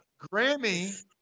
Grammy